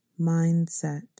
mindset